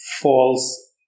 false